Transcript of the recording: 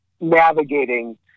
navigating